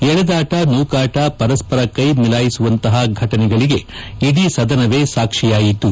ಎಳೆದಾಟ ನೂಕಾಟ ಪರಸ್ಪರ ಕೈ ಮಿಲಾಯಿಸುವಂತಹ ಘಟನೆಗಳಿಗೆ ಇದೀ ಸದನವೇ ಸಾಕ್ವಿಯಾಯಿತು